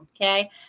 Okay